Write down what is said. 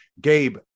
Gabe